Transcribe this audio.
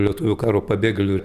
lietuvių karo pabėgėlių